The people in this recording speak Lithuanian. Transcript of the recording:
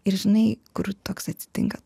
ir žinai kur toks atsitinka